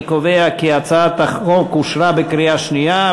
אני קובע כי הצעת החוק אושרה בקריאה שנייה,